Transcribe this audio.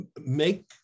make